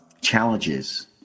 challenges